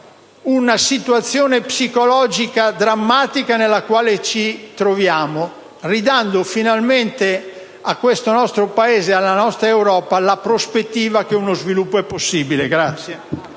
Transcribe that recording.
una situazione psicologica drammatica nella quale ci troviamo, ridando finalmente a questo nostro Paese e alla nostra Europa la prospettiva che uno sviluppo è possibile.